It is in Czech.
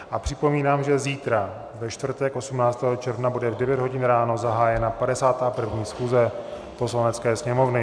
A připomínám, že zítra, ve čtvrtek 18. června, bude v 9 hodin ráno zahájena 51. schůze Poslanecké sněmovny.